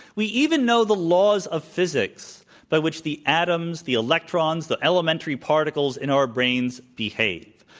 we even know the laws of physics by which the atoms, the electrons, the elementary particles in our brains behave.